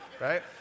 Right